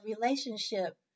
relationship